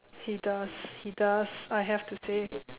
he does he does I have to say